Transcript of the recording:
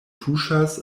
tuŝas